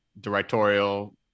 directorial